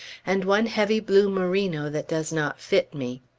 and one heavy blue merino that does not fit me.